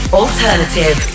alternative